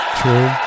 true